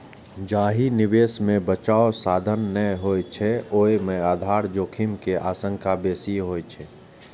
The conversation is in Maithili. जाहि निवेश मे बचावक साधन नै होइ छै, ओय मे आधार जोखिम के आशंका बेसी होइ छै